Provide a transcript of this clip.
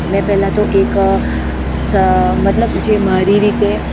મેં પહેલાં તો એક સ મતલબ જે મારી રીતે